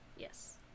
Yes